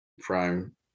prime